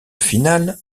finale